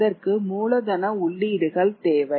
அதற்கு மூலதன உள்ளீடுகள் தேவை